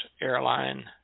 airline